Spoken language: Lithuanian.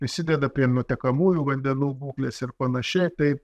prisideda prie nutekamųjų vandenų būklės ir panašiai tai